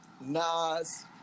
Nas